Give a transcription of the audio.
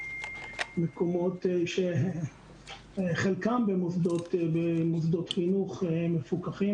חלקם במוסדות חינוך מפוקחים,